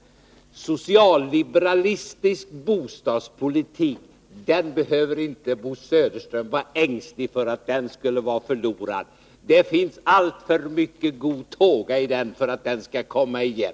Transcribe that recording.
Att socialliberalistisk bostadspolitik skulle vara förlorad behöver inte Bo Södersten vara ängslig för. Det finns alltför mycket god tåga i den för att den inte skulle komma igen.